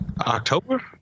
October